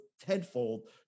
tenfold